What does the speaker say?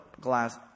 glass